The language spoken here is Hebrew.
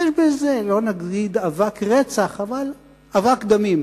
יש בזה לא נגיד אבק רצח, אבל אבק דמים,